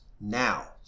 now